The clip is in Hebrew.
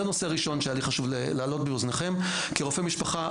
זה הנושא הראשון שהיה לי חשוב להעלות באוזניכם כרופא משפחה,